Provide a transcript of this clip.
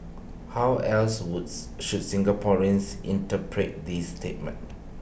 how else Woods should Singaporeans interpret this statement